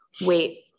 wait